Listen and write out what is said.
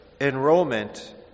enrollment